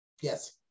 Yes